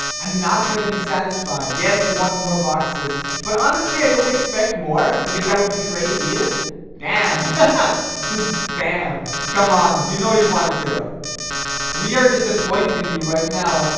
i'm not gonna be satisfied yes, i want more boxes, but honestly i don't expect more ah because that would be crazy. yeah damn just bam come on. you know you want to ah we are disappointed in you right now. ah